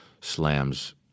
slams